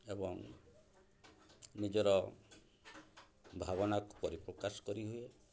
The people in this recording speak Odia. ଏବଂ ନିଜର ଭାବନା ପରିପ୍ରକାଶ କରିହୁଏ